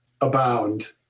abound